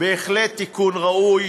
בהחלט תיקון ראוי